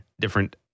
different